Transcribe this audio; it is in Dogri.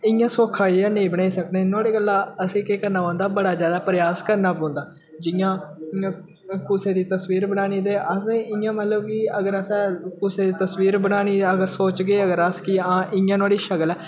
इयां सौक्खा जेहा नेईं बनाई सकने नोहाड़ी गल्ला असें केह् करना पौंदा बड़ा ज्यादा प्रयास करना पौंदा जियां कुसै दी तस्वीर बनानी ते असें इयां मतलब कि अगर असें कुसै दी तस्वीर बनानी अगर सोचगे अगर अस कि हां इयां नोहाड़ी शक्ल ऐ